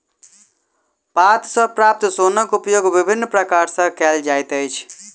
पात सॅ प्राप्त सोनक उपयोग विभिन्न प्रकार सॅ कयल जाइत अछि